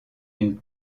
une